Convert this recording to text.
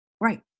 Right